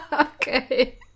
Okay